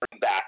back